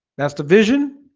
that's the vision